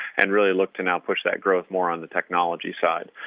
and really look to now push that growth more on the technology side.